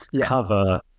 cover